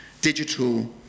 digital